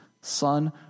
son